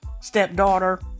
stepdaughter